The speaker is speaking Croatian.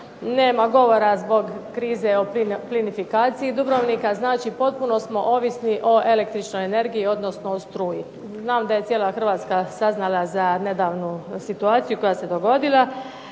nema govora zbog krize o plinifikaciji Dubrovnika. Znači potpuno smo ovisni o električnoj energiji, odnosno o struji. Znam da je cijela Hrvatska saznala za nedavnu situaciju koja se dogodila.